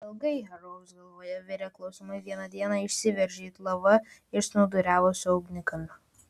ilgai herojaus galvoje virę klausimai vieną dieną išsiveržė it lava iš snūduriavusio ugnikalnio